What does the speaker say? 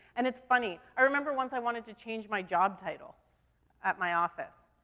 and it's funny, i remember once i wanted to change my job title at my office.